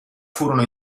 furono